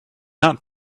not